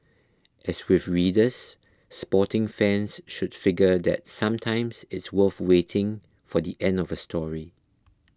as with readers sporting fans should figure that sometimes it's worth waiting for the end of a story